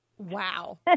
Wow